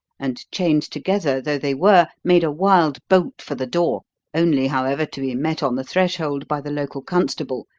and, chained together though they were, made a wild bolt for the door only, however, to be met on the threshold by the local constable,